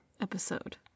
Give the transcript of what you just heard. episode